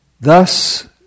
Thus